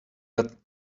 ever